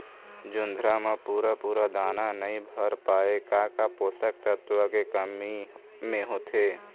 जोंधरा म पूरा पूरा दाना नई भर पाए का का पोषक तत्व के कमी मे होथे?